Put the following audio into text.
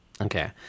Okay